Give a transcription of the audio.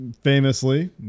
famously